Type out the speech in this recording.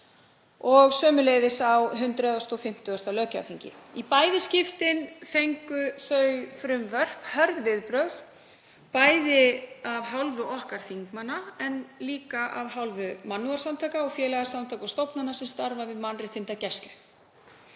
og sömuleiðis á 150. löggjafarþingi. Í bæði skiptin fengu þau frumvörp hörð viðbrögð, bæði af hálfu okkar þingmanna en líka af hálfu mannúðarsamtaka, félagasamtaka og stofnana sem starfa við mannréttindagæslu.